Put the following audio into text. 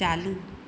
चालू